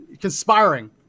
conspiring